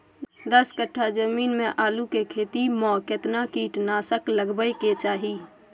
दस कट्ठा जमीन में आलू के खेती म केतना कीट नासक लगबै के चाही?